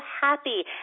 happy